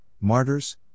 martyrs